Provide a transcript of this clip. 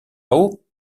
haut